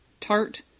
tart